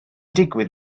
digwydd